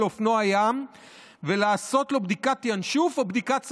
אופנוע ים ולעשות לו בדיקת ינשוף או בדיקת סמים.